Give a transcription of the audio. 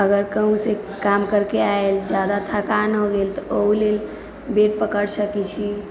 अगर कहूँसँ काम करके आयल ज्यादा थकान हो गेल तऽ ओहू लेल बेड पकड़ि सकैत छी